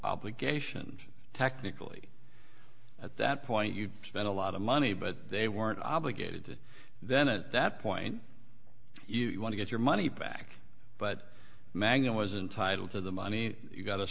obligations technically at that point you spent a lot of money but they weren't obligated to then at that point you want to get your money back but magnum was entitle to the money you got